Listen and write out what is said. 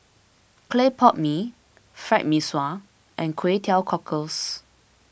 Clay Pot Mee Fried Mee Sua and Kway Teow Cockles